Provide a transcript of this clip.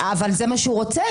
אבל זה מה שהוא רוצה.